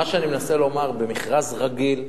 מה שאני מנסה לומר: במכרז רגיל,